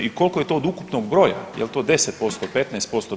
I koliko je to od ukupnog broja, jel' to 10%, 15%